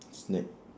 snack